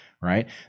right